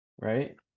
right